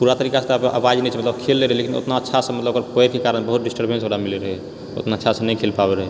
पूरा तरीकासँ तऽ अपाहिज नहि छै मतलब खेलले रहै लेकिन उतना अच्छासँ मतलब ओकर ओहिके कारण बहुत डिस्टरबेंस ओकरा मिलय रहै उतना अच्छासँ नहि खेल पाबय रहै